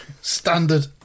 Standard